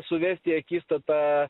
suvest į akistatą